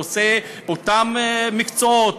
הוא עושה אותם מקצועות,